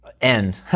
End